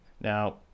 Now